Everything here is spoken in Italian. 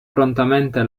prontamente